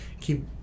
keep